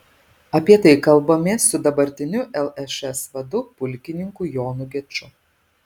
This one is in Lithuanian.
apie tai kalbamės su dabartiniu lšs vadu pulkininku jonu geču